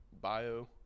Bio